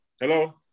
Hello